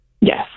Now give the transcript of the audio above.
Yes